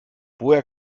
woher